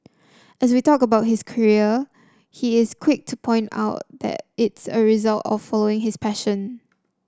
as we talk about his career he is quick to point out that it's a result of following his passion